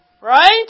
Right